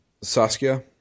Saskia